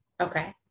Okay